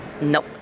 No